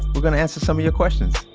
we're gonna answer some of your questions.